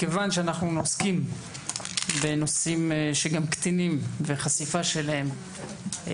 כיוון שאנחנו עוסקים בנושאים שגם קטינים והחשיפה שלהם,